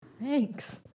Thanks